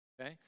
okay